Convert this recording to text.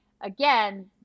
again